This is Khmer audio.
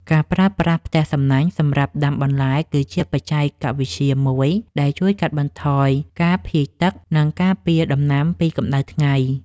ការប្រើប្រាស់ផ្ទះសំណាញ់សម្រាប់ដាំបន្លែគឺជាបច្ចេកវិទ្យាមួយដែលជួយកាត់បន្ថយការភាយទឹក និងការពារដំណាំពីកម្តៅថ្ងៃ។